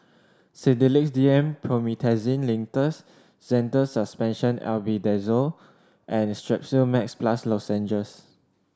Sedilix D M Promethazine Linctus Zental Suspension Albendazole and Strepsils Max Plus Lozenges